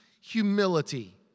humility